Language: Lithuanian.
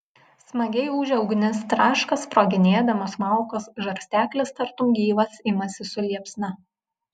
smagiai ūžia ugnis traška sproginėdamos malkos žarsteklis tartum gyvas imasi su liepsna